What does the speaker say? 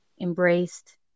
embraced